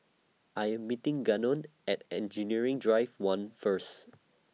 I Am meeting Gannon At Engineering Drive one First